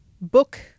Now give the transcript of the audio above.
book